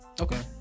okay